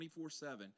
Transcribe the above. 24-7